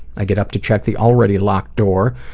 i get up to check the already locked door,